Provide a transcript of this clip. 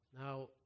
Now